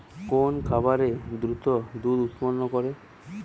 কোন খাকারে দ্রুত দুধ উৎপন্ন করে?